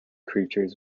creatures